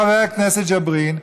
חבר הכנסת ג'בארין,